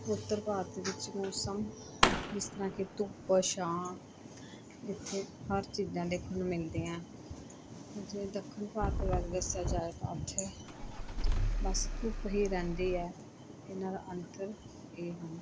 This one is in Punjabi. ਉੱਤਰ ਭਾਰਤ ਵਿੱਚ ਮੌਸਮ ਜਿਸ ਤਰ੍ਹਾਂ ਕਿ ਧੁੱਪ ਛਾਂ ਜਿੱਥੇ ਹਰ ਚੀਜ਼ਾਂ ਦੇਖਣ ਨੂੰ ਮਿਲਦੀਆਂ ਜੇ ਦੱਖਣ ਭਾਰਤ ਬਾਰੇ ਦੱਸਿਆ ਜਾਏ ਤਾਂ ਉੱਥੇ ਬਸ ਧੁੱਪ ਹੀ ਰਹਿੰਦੀ ਹੈ ਇਹਨਾਂ ਦਾ ਅੰਤਰ ਇਹ ਹਨ